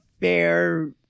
fair